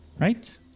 Right